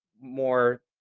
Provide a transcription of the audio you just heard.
more